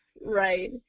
Right